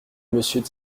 monsieur